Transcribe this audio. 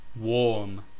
Warm